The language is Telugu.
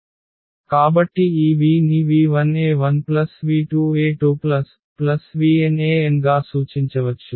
కాబట్టి ఈ v ని v1e1v2e2vnen గా సూచించవచ్చు